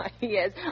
Yes